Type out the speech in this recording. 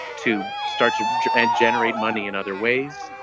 to start to and generate money in other ways,